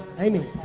amen